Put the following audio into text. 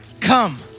come